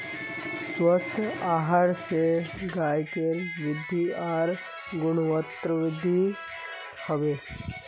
स्वस्थ आहार स गायकेर वृद्धि आर गुणवत्तावृद्धि हबे